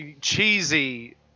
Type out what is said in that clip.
cheesy